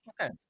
Okay